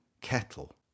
Kettle